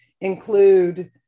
include